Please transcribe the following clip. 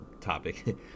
topic